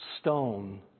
Stone